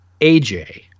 AJ